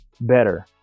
better